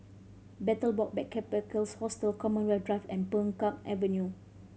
Betel Box Backpackers Hostel Commonwealth Drive and Peng Kang Avenue